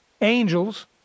angels